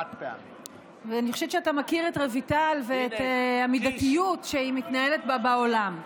אני חושבת שאתה מכיר את רויטל ואת המידתיות שהיא מתנהלת בה בעולם.